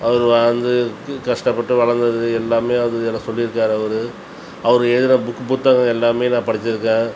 அவர் வந்து கு கஷ்டப்பட்டு வளர்ந்தது எல்லாமே அதில் சொல்லிருக்கார் அவர் அவர் எழுந்தின புக்கு புத்தகம் எல்லாமே நான் படிச்சிருக்கேன்